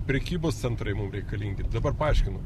prekybos centrai mum reikalingi dabar paaiškinu